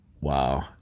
Wow